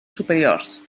superiors